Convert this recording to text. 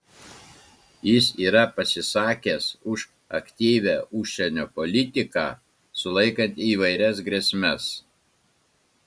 jis yra pasisakęs už aktyvią užsienio politiką sulaikant įvairias grėsmes